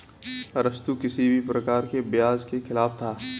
अरस्तु किसी भी प्रकार के ब्याज के खिलाफ था